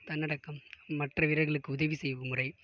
தன்னடக்கம் மற்ற வீரர்களுக்கு உதவி செய்யும் முறை